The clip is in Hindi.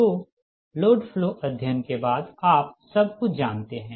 तो लोड फ्लो अध्ययन के बाद आप सब कुछ जानते हैं